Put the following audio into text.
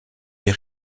les